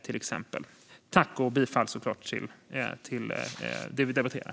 Jag yrkar bifall till det vi debatterar.